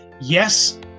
yes